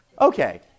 Okay